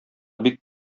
бик